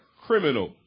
criminal